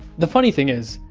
the funny thing is,